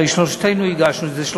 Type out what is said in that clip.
הרי שלושתנו הגשנו את זה,